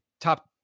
top